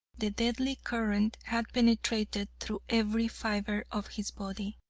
the deadly current had penetrated through every fiber of his body.